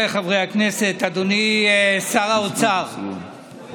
ההסתייגות (904) של חבר הכנסת מיקי לוי וקבוצת